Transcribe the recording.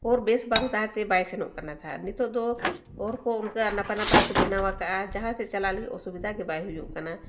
ᱦᱚᱨ ᱵᱮᱥ ᱵᱟᱝ ᱛᱟᱦᱮᱸ ᱛᱮ ᱵᱟᱭ ᱥᱮᱱᱚᱜ ᱠᱟᱱᱟ ᱛᱟᱦᱮᱸᱫ ᱱᱤᱛᱳᱜ ᱫᱚ ᱦᱚᱨᱠᱚ ᱚᱱᱠᱟ ᱱᱟᱯᱟᱭᱼᱱᱟᱯᱟᱭ ᱠᱚ ᱵᱮᱱᱟᱣ ᱟᱠᱟᱫᱼᱟ ᱡᱟᱦᱟᱸ ᱥᱮᱫ ᱪᱟᱞᱟᱜ ᱞᱟᱹᱜᱤᱫ ᱚᱥᱩᱵᱤᱫᱷᱟ ᱜᱮ ᱵᱟᱭ ᱦᱩᱭᱩᱜ ᱠᱟᱱᱟ